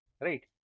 right